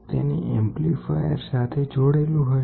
તેને એમ્પ્લીફાયર સાથે જોડેલુ હશે